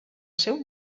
seu